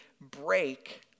break